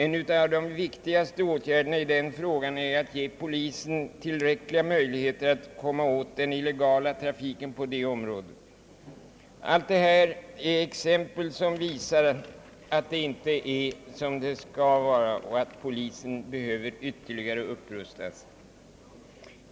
En av de viktigaste åtgärderna på den punkten är att ge polisen tillräckliga möjligheter att komma åt den illegala hanteringen på området. Allt detta är exempel som visar att det inte är som det skall vara, och att polisen behöver ytterligare upprustas.